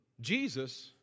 Jesus